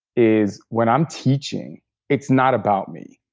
is, when i'm teaching it's not about me.